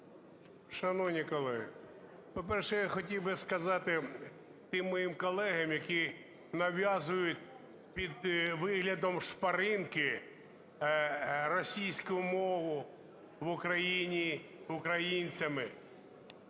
Шановні колеги, по-перше, я хотів би сказати тим моїм колегам, які нав'язують під виглядом шпаринки російську мову в Україні українцями.